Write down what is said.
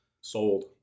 Sold